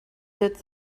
did